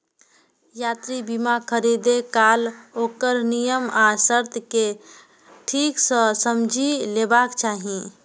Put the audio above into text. यात्रा बीमा खरीदै काल ओकर नियम आ शर्त कें ठीक सं समझि लेबाक चाही